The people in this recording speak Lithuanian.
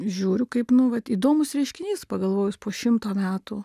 žiūriu kaip nu vat įdomus reiškinys pagalvojus po šimto metų